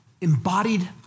embodied